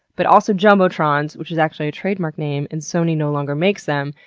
but also jumbotrons, which is actually a trademarked name and sony no longer makes them,